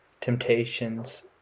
temptations